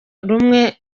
rumwe